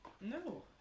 No